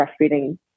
breastfeeding